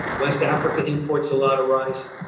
west africa imports a lot of rice,